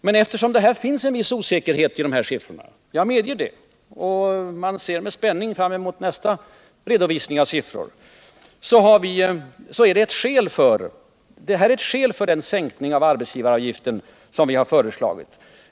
Men det förhållandet att det finns en viss osäkerhet i de här siffrorna — jag medger det och vi ser med spänning fram emot nästa redovisning av siffror — är ett skäl för den sänkning av arbetsgivaravgiften som vi har föreslagit.